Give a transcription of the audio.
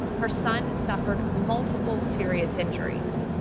her son suffered multiple serious injuries.